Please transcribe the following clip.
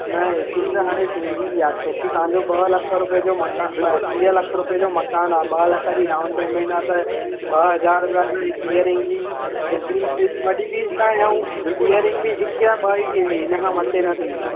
न एतिरी त हाणे थींदी आहे छोकी तव्हां जो ॿ लख रुपये जो मकान टीह लख रुपये जो मकान आहे ॿ लख जी डाउन पेमेंट आहे त ॿ हज़ार रुपया हिक हिअरिंग जी एतिरी वॾी फ़ीस न आहे ऐं हिअरिंग बि हिक या ॿ ई थींदी हिन खां मथे न थींदी